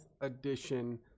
edition